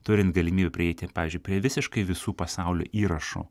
turint galimybių prieiti pavyzdžiui prie visiškai visų pasaulio įrašų